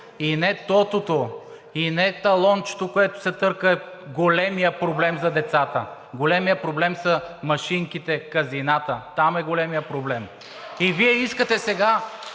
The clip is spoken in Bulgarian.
И не тотото и не талончето, което се търка, е големият проблем за децата, големият проблем са машинките, казината – там е големият проблем. (Ръкопляскания